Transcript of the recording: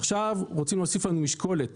עכשיו רוצים להוסיף לנו משקולת